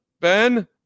Ben